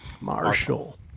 Marshall